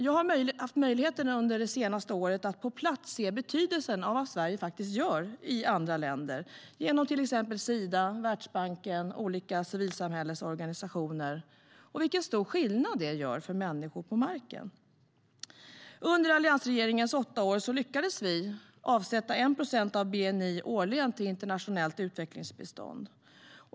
Jag har under det senaste året haft möjlighet att på plats se betydelsen av vad Sverige gör i andra länder genom till exempel Sida, Världsbanken och olika civilsamhällesorganisationer och vilken stor skillnad det gör för människor på marken. Under alliansregeringens åtta år lyckades vi årligen avsätta 1 procent av bni till internationellt utvecklingsbistånd.